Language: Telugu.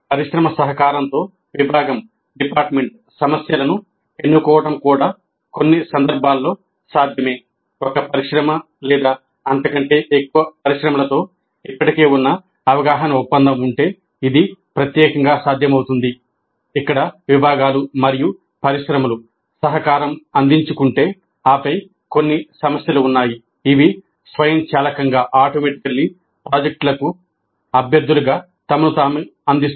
పరిశ్రమల సహకారంతో విభాగం ప్రాజెక్టులకు అభ్యర్థులుగా తమను తాము అందిస్తాయి